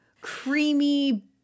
creamy